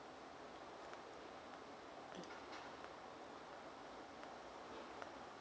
mm